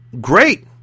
great